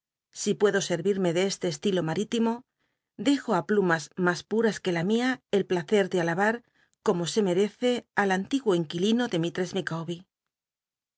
i puedo scr ime de este estilo marítimo dejo i plumas mas plh'as que la mia el placer de alabar como se merece al antiguo inqttilino de